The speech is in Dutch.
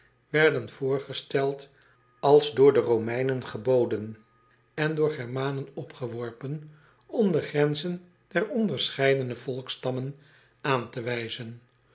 werden voorgesteld als door de omeinen geboden en door de ermanen opgeworpen om de grenzen der onderscheidene volksstammen aan te wijzen